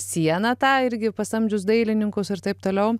sieną tą irgi pasamdžius dailininkus ir taip toliau